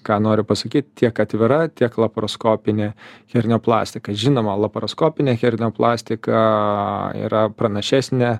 ką noriu pasakyt tiek atvira tiek laparoskopinė herneoplastika žinoma laparoskopinė herneoplastika yra pranašesnė